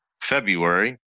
February